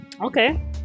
Okay